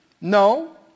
No